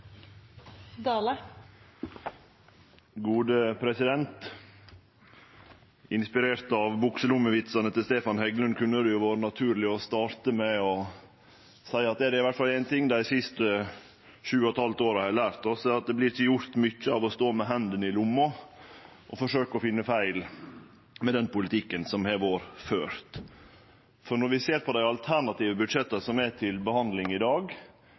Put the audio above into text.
det éin ting dei siste sju og eit halvt åra har lært oss, er det at det vert iallfall ikkje gjort mykje av å stå med hendene i lomma og forsøkje å finne feil med den politikken som har vore ført. Når vi ser på dei alternative budsjetta som er til behandling i dag,